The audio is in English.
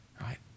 right